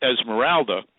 Esmeralda